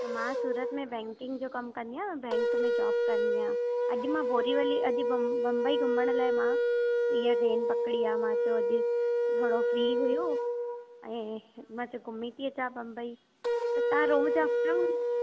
त मां सूरत में बैंकिंग जो कमु कंदी आहियां बैंक में जॉब कंदी आहियां अॼु मां बोरीवली अॼु बंब बंबई घुमण लाइ मां इहा ट्रेन पकिड़ी आहे मां चयो अॼु थोरो फ्री हुअमि ऐं मां चयो घुमी थी अचा बंबई त तव्हां रोज़ अप डाउन